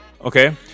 Okay